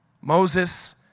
Moses